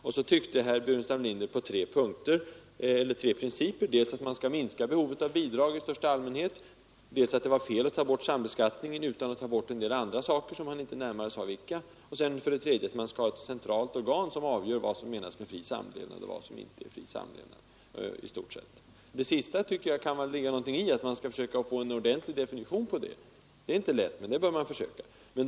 Och då tyckte herr Burenstam Linder på tre punkter och talade om tre principer: för det första att man skall minska behovet av bidrag i största allmänhet, för det andra att det var fel att ta bort sambeskattningen utan att ta bort en del andra saker — han angav inte närmare vilka — och för det tredje att man skall ha ett centralt organ som avgör vad som menas med samlevnad och vad som inte är samlevnad. Det sista tycker jag att det kan ligga någonting i, alltså att man skall försöka få en ordentlig definition av begreppet. Det är inte lätt, men det bör man försöka få.